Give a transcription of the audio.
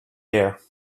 air